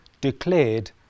declared